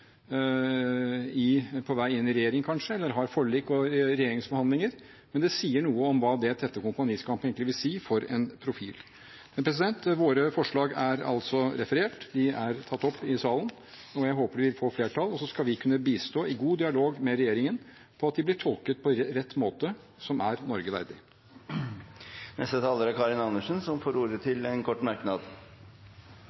på vei inn i regjering, eller har forlik og regjeringsforhandlinger. Men det sier noe om hva det tette kompaniskapet egentlig vil ha å si for en profil. Våre forslag er referert, de er tatt opp i salen, og jeg håper de vil få flertall. Så skal vi kunne bistå i god dialog med regjeringen til at de blir tolket rett, på en måte som er Norge verdig. Representanten Karin Andersen har hatt ordet to ganger tidligere og får ordet til